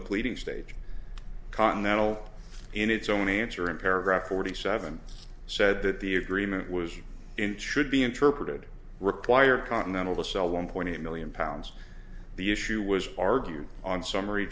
the pleading stage continental in its own answer in paragraph forty seven said that the agreement was in should be interpreted require continental to sell one point eight million pounds the issue was argued on summary